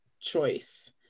choice